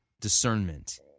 discernment